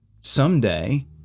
someday